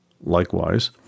likewise